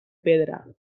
pedra